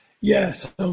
Yes